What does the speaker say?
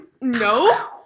no